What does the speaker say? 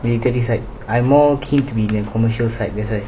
when you can decide I more keen to be in commercial site that's why